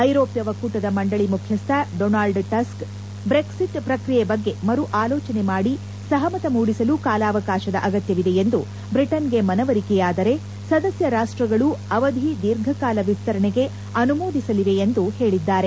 ಐರೋಪ್ಯ ಒಕ್ಕೂಟದ ಮಂಡಳಿ ಮುಖ್ಯಸ್ದ ಡೊನಾಲ್ಡ್ ಟಸ್ಕ್ ಬ್ರೆಕ್ಸಿಟ್ ಪ್ರಕ್ರಿಯೆ ಬಗ್ಗೆ ಮರು ಆಲೋಚನೆ ಮಾಡಿ ಸಹಮತ ಮೂಡಿಸಲು ಕಾಲಾವಕಾಶದ ಅಗತ್ಯವಿದೆ ಎಂದು ಬ್ರಿಟನ್ಗೆ ಮನವರಿಕೆಯಾದರೆ ಸದಸ್ಯ ರಾಷ್ಟ್ರಗಳು ಅವಧಿ ದೀರ್ಘಕಾಲ ವಿಸ್ತರಣೆಗೆ ಅನುಮೋದಿಸಲಿವೆ ಎಂದು ಹೇಳಿದ್ದಾರೆ